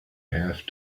have